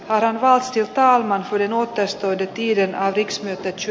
aranka osiltaan maan suurin oikeistoiden tienaa riksweet yksi